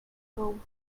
home